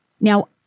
Now